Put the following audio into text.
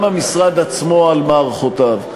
גם המשרד עצמו על מערכותיו,